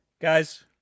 Guys